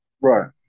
Right